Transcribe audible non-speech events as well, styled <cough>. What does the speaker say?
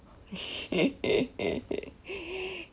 <laughs>